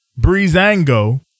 Breezango